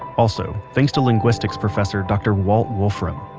also, thanks to linguistics professor dr. walt wolfram.